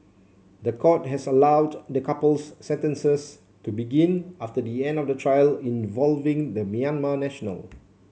the court has allowed the couple's sentences to begin after the end of the trial involving the Myanmar national